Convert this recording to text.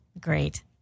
great